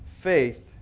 faith